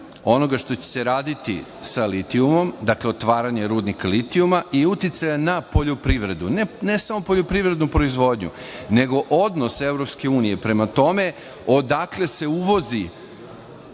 onoga što će se raditi sa litijumom, dakle, otvaranje rudnika litijuma i uticaja na poljoprivredu, ne samo poljoprivrednu proizvodnju, nego odnos EU prema tome, odakle se uvoze